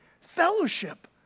fellowship